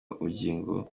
ubugingo